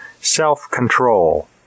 self-control